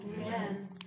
Amen